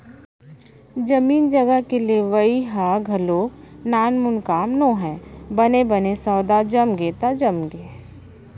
जमीन जघा के लेवई ह घलोक नानमून काम नोहय बने बने सौदा जमगे त जमगे